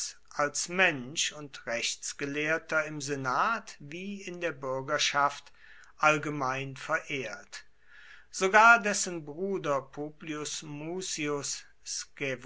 als mensch und rechtsgelehrter im senat wie in der bürgerschaft allgemein verehrt sogar dessen bruder publius mucius